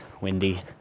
windy